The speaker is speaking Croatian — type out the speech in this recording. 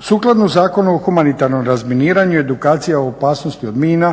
Sukladno Zakonu o humanitarnom razminiranju edukacija o opasnosti od mina